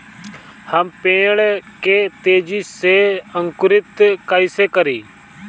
हम पेड़ के तेजी से अंकुरित कईसे करि?